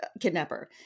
kidnapper